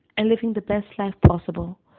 and living the best life possible,